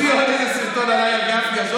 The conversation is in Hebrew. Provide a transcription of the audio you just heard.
תוציא עוד איזה סרטון עליי, על גפני.